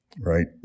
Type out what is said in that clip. right